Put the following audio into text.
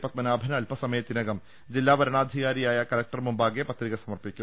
പത്മനാഭൻ അല്പസമയത്തിനകം ജില്ലാ വരണാധികാരിയായ കലക്ടർ മുമ്പാകെ പത്രിക സമർപ്പിക്കും